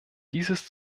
dieses